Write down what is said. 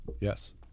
yes